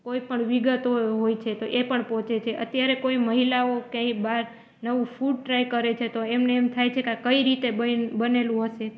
કોઈ પણ વિગતો હોય છે તો એ પણ પહોંચે છે અત્યારે કોઈ મહિલાઓ ક્યાંય બહાર નવું ફૂડ ટ્રાય કરે છે તો એમને એમ થાય છે કે આ કઈ રીતે બઈ બનેલું હશે